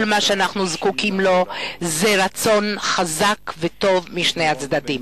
וכל מה שאנחנו זקוקים לו זה רצון חזק וטוב בשני הצדדים.